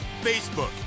facebook